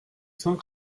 cent